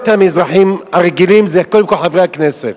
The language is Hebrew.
מהאזרחים הרגילים הם קודם כול חברי הכנסת.